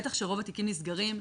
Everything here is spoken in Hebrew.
בטח שרוב התיקים נסגרים,